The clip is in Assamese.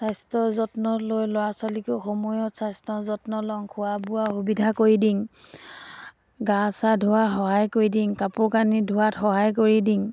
স্বাস্থ্য যত্ন লৈ ল'ৰা ছোৱালীকো সময়ত স্বাস্থ্য যত্ন লওঁ খোৱা বোৱা সুবিধা কৰি দিওঁ গা চা ধোৱা সহায় কৰি দিওঁ কাপোৰ কানি ধোৱাত সহায় কৰি দিওঁ